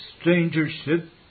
strangership